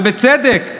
ובצדק,